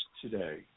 today